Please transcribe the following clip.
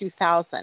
2000